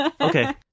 okay